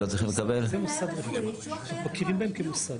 רק של מוסד רפואי; מכירים בהם כמוסד.